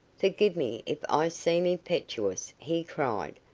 forgive me if i seem impetuous, he cried,